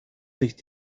sich